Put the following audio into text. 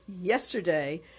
Yesterday